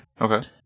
Okay